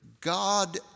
God